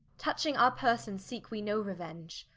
touching our person, seeke we no reuenge,